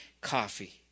coffee